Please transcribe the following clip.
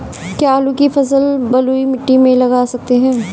क्या आलू की फसल बलुई मिट्टी में लगा सकते हैं?